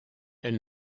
elle